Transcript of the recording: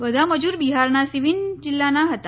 બધા મજુર બિહારના સીવાન જિલ્લાના હતા